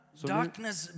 darkness